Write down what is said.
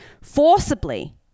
Forcibly